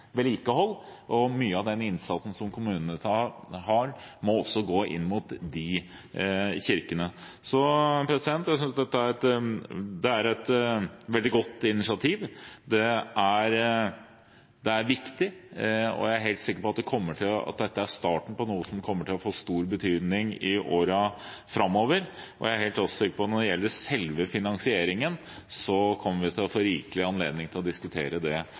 gå inn mot de kirkene. Jeg synes dette er et veldig godt initiativ. Det er viktig, og jeg er helt sikker på at dette er starten på noe som kommer til å få stor betydning i årene framover. Jeg er også helt sikker på at når det gjelder selve finansieringen, kommer vi til å få rikelig anledning til å diskutere det